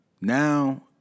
Now